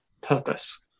purpose